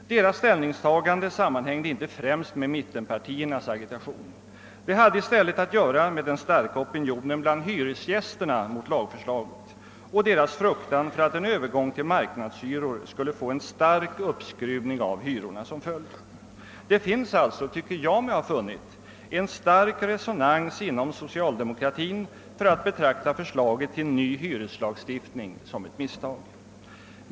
Deras ställningstagande sammanhängde inte främst med mittenpartiernas agitation. Det hade i stället att göra med den starka opinionen bland hyresgästerna mot lagförslaget och deras fruktan för att en övergång till marknadshyror skulle få en stark uppskruvning av hyrorna som följd. Jag tycker mig alltså ha funnit, att det finns en stark resonans inom socialdemokratin för att betrakta förslaget till ny hyreslagstiftning som ett misstag.